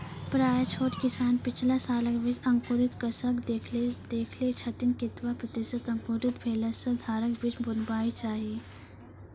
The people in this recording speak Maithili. प्रायः छोट किसान पिछला सालक बीज अंकुरित कअक देख लै छथिन, केतबा प्रतिसत अंकुरित भेला सऽ घरक बीज बुनबाक चाही?